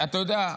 אתה יודע,